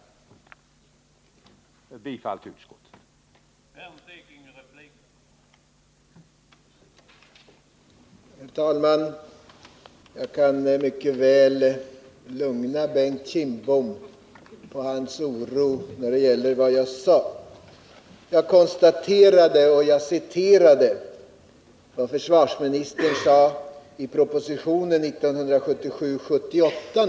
Jag yrkar bifall till utskottets hemställan.